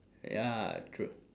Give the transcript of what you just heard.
ya true